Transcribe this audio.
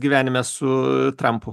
gyvenime su trampu